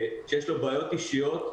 שיש לו בעיות אישיות,